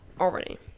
already